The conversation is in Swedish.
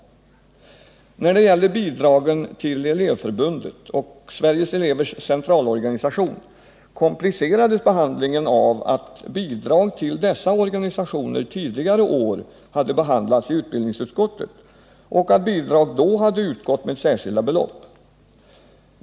När det gällde bidragen till Elevförbundet och Sveriges elevers centralorganisation komplicerades behandlingen av att frågan om bidrag till dessa organisationer tidigare år hade behandlats i utbildningsutskottet och att bidrag då hade utgått med särskilda belopp.